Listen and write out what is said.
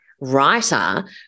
writer